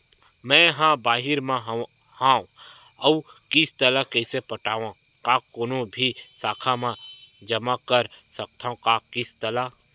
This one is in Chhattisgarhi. मैं हा बाहिर मा हाव आऊ किस्त ला कइसे पटावव, का कोनो भी शाखा मा जमा कर सकथव का किस्त ला?